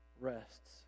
rests